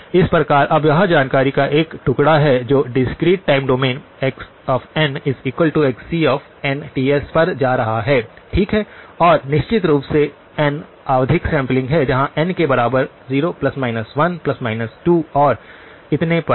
इस प्रकार अब यह जानकारी का एक टुकड़ा है जो डिस्क्रीट टाइम डोमेन xnxc पर जा रहा है ठीक है और निश्चित रूप से एन आवधिक सैंपलिंग है जहां n के बराबर 0 ± 1 ±2 और इतने पर है